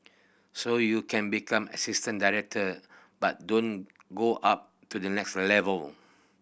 so you can become assistant director but don't go up to the next level